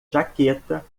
jaqueta